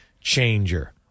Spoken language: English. changer